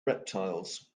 reptiles